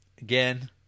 again